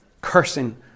cursing